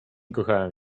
kochałem